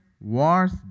wars